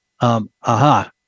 Aha